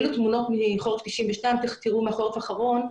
אלה תמונות מחורף 1992 ותזכרו מה קרה בחורף האחרון.